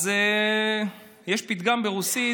אז יש פתגם ברוסית,